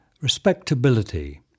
Respectability